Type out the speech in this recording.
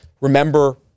Remember